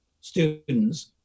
students